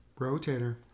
Rotator